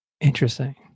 Interesting